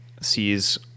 sees